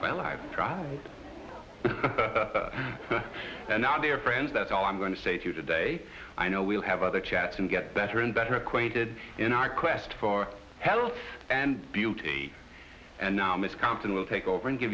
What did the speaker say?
well i've tried and now they're friends that's all i'm going to say to you today i know we'll have other chats and get better and better acquainted in our quest for health and beauty and now miss compton will take over and give